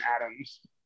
atoms